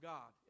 God